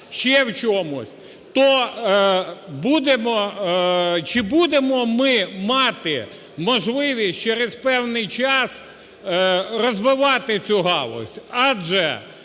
ще в чомусь, то чи будемо ми мати можливість через певний час розвивати цю галузь?